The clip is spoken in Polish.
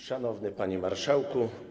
Szanowny Panie Marszałku!